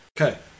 Okay